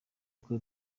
kuko